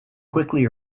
quickly